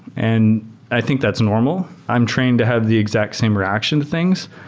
and i think that's normal. i'm trained to have the exact same reaction to things.